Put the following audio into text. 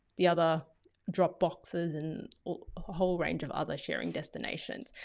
the other dropboxes and whole range of other sharing destinations.